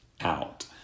out